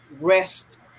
rest